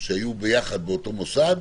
שהיו יחד באותו מוסד,